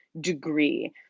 degree